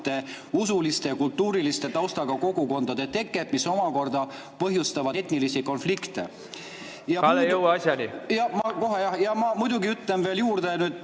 usulise ja kultuurilise taustaga kogukondade teket, mis omakorda põhjustavad etnilisi konflikte. Kalle, jõua asjani! Jaa, kohe. Ma muidugi ütlen nüüd juurde